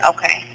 Okay